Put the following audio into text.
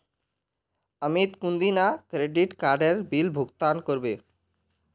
अमित कुंदिना क्रेडिट काडेर बिल भुगतान करबे